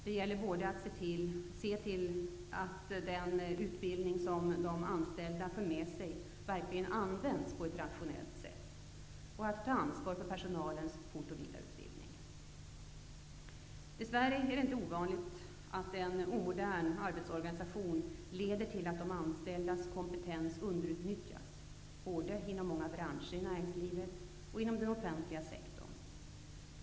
Det gäller både att tillse att den utbildning som de anställda för med sig verkligen används på ett rationellt sätt och att ta ansvar för personalens fort och vidareutbildning. Dess värre är det inte ovanligt att en omodern arbetsorganisation leder till att de anställdas kompetens underutnyttjas, både inom många branscher i näringslivet och inom den offentliga sektorn.